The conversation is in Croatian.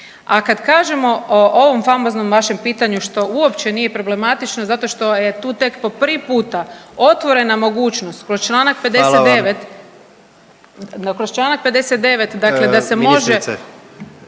a kad kažemo o ovom famoznom vašem pitanju, što uopće nije problematično, zato što je tu tek po prvi puta otvorena mogućnost kroz čl. 59 .../Upadica: Hvala vam./... da kroz čl. 59., da se može